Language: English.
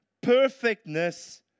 perfectness